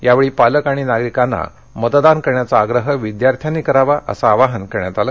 यावेळी पालक आणि नागरिकांना मतदान करण्याचा आग्रह विद्यार्थ्यांनी करावा असं आवाहन करण्यात आलं